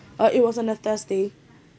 uh it was on a thursday